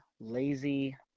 lazy